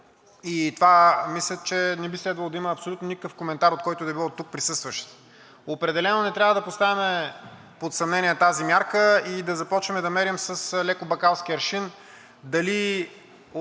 По това мисля, че не би следвало да има абсолютно никакъв коментар от когото и да е оттук присъстващите. Определено не трябва да поставяме под съмнение тази мярка и да започваме да мерим с леко бакалски аршин дали от това